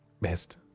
best